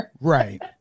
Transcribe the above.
Right